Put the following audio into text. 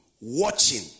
watching